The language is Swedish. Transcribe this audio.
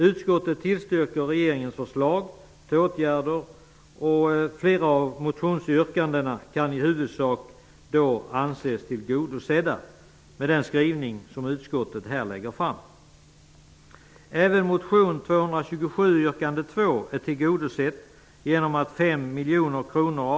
Utskottet tillstyrker regeringens förslag till åtgärder, och flera av motionsyrkandena kan då i huvudsak anses tillgodosedda i utskottets skrivning här.